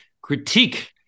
critique